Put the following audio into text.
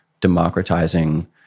democratizing